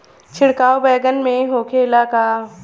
छिड़काव बैगन में होखे ला का?